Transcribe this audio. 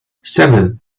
seven